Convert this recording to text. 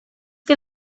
que